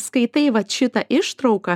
skaitai vat šitą ištrauką